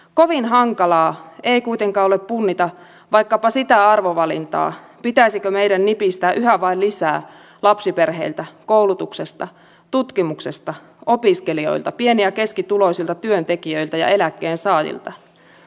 kovin hankalaa ei kuitenkaan ole punnita vaikkapa sitä arvovalintaa pitäisikö meidän nipistää yhä vain lisää lapsiperheiltä koulutuksesta tutkimuksesta opiskelijoilta pieni ja keskituloisilta työntekijöiltä ja eläkkeensaajilta